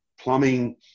Plumbing